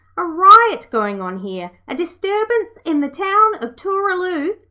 a riot going on here, a disturbance in the town of tooraloo.